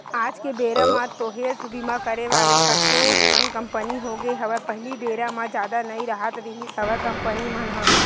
आज के बेरा म तो हेल्थ बीमा करे वाले कतको ठन कंपनी होगे हवय पहिली बेरा म जादा नई राहत रिहिस हवय कंपनी मन ह